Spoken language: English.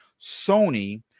Sony